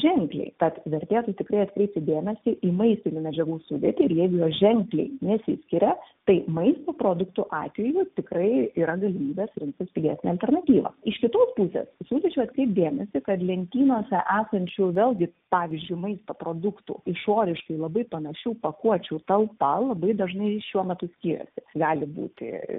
ženkliai tad vertėtų tikrai atkreipti dėmesį į maistinių medžiagų sudėtį ir jeigu jos ženkliai nesiskiria tai maisto produktų atveju tikrai yra galimybės rinktis pigesnę alternatyvą iš kitos pusės siūlyčiau atkreipt dėmesį kad lentynose esančių vėlgi pavyzdžiui maisto produktų išoriškai labai panašių pakuočių talpa labai dažnai šiuo metu skiriasi gali būti